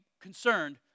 concerned